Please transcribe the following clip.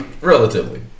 Relatively